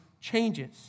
changes